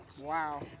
Wow